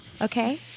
Okay